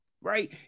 right